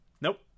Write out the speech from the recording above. Nope